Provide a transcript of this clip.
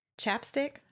Chapstick